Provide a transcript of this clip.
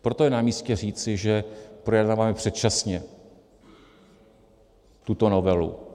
Proto je namístě říci, že projednáváme předčasně tuto novelu.